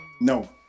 No